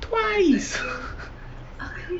twice